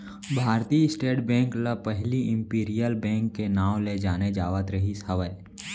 भारतीय State Bank ल पहिली इम्पीरियल बेंक के नांव ले जाने जावत रिहिस हवय